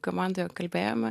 komandoje kalbėjome